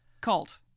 cult